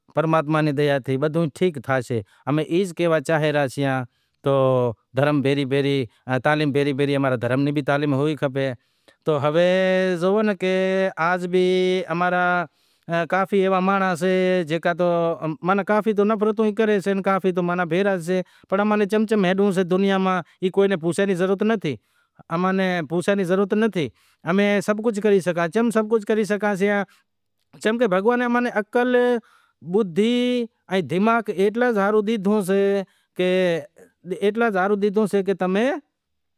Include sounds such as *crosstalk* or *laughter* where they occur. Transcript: خاص کرے اماں ری وڈیاری قوم شے اے اما راں موٹا، چم کہ اماں ری قوم رو موٹو مسئلو ای سئہ کہ اماں ری قوم میں تاناں زام ہوئیسیں، تاناں جام ایئں ہوئیسیں کہ ایک سدھرے تو نئوں زنڑا ایئے ناں پاڑنڑ واڑا ہوئیسیں کہ بھائی اے چم سدھرے، چم آگر زائے رہیو سئہ، *hesitation* *unintelligible* اماں ری کوشش ای سئہ کی وڈیارا قوم آگر آوے ائیں آگر آوے کچھھ بولوا شیکھے ائیں سو مانڑاں رے آگر میں سوال رو جواب آوشے تو کامیاب تھاشیں انے جیکو بھی سئہ پریشانیوں *unintelligible* گھر رے اندر داہ بھاتی سئہ داہ را داہ بھاتھی کمائی رہیا سیں مگر تو بھی گھر ری پوری نتھی تھیاتی، داہ بھاتی سیں داہ را داہ کمائی ریا تو بھی گھر ری پوری ناں تھاتی، اگے ایک کماتو سو زنڑا کھاتا اماں ری ای کوشش لاگل پڑی شئے کہ وری پرماتما کرشے ایوو ٹیم آوی زاشے تعلیم گھر رو ایک بنیاد سے سجاگ سئے فائدو سے ایک نوکری میں سئے تو گوٹھ واڑاں نیں بھی خبر پڑشے کی یار واقعی فلانڑا رو سوکرو نوکری ماہ شے تو ایئے کوشش کرسیں پانجا اولاد ناں تالیم آنڑشیں انے کوشش کرے اماں ری وڈیاری قوم آگر لاگشے۔